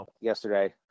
Yesterday